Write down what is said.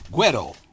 Guero